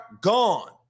gone